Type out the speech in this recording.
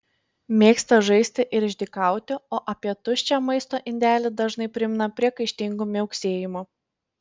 mėgsta žaisti ir išdykauti o apie tuščią maisto indelį dažnai primena priekaištingu miauksėjimu